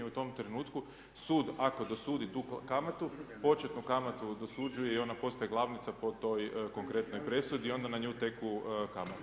U tom trenutku sud ako dosudi duplu kamatu, početnu kamatu dosuđuje i ona postaje glavnica po toj konkretnoj presudi i onda na nju teku kamate.